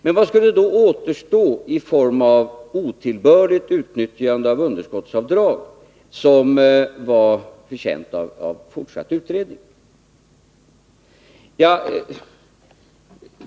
Men vad skulle då återstå i form av otillbörligt utnyttjande av underskottsavdrag, som var förtjänt av fortsatt utredning?